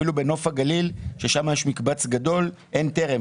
אפילו בנוף הגליל, ששם יש מקבץ גדול, אין טרם.